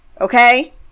Okay